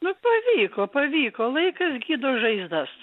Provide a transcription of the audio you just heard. nu pavyko pavyko laikas gydo žaizdas